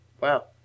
Wow